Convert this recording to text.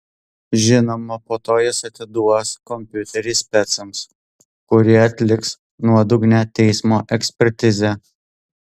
žinoma po to jis atiduos kompiuterį specams kurie atliks nuodugnią teismo ekspertizę